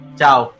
Ciao